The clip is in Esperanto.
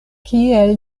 kiel